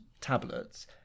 tablets